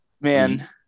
Man